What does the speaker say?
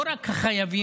לא רק החייבים,